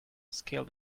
scaled